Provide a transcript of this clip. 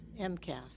MCAS